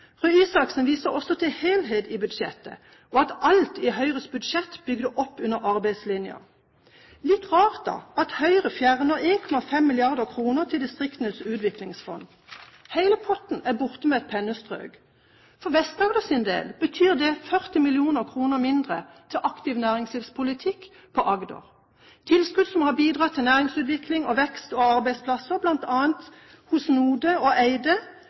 Røe Isaksen viste også til helhet i budsjettet og at alt i Høyres budsjett bygger opp under arbeidslinja. Da er det litt rart at Høyre fjerner 1,5 mrd. kr til distriktenes utviklingsfond – hele potten er borte med et pennestrøk. For Vest-Agders del betyr det 40 mill. kr mindre til aktiv næringslivspolitikk, tilskudd som har bidratt til næringsutvikling, vekst og arbeidsplasser bl.a. hos NODE- og